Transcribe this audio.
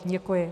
Děkuji.